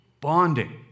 bonding